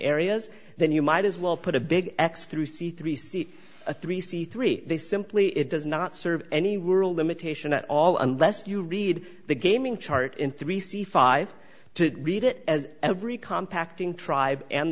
areas then you might as well put a big x through c three c a three c three they simply it does not serve any rule limitation at all unless you read the gaming chart in three c five to read it as every contacting tribe and